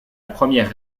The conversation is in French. première